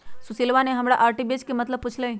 सुशीलवा ने हमरा आर्बिट्रेज के मतलब पूछ लय